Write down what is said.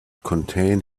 contain